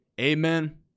Amen